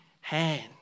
hand